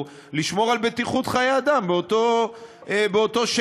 לשמור על בטיחות חיי אדם באותו שטח.